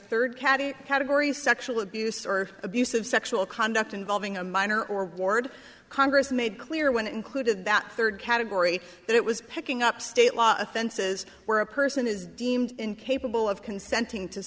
third katty category of sexual abuse or abuse of sexual conduct involving i'm minor or ward congress made clear when it included that third category that it was picking up state law offenses where a person is deemed incapable of consenting to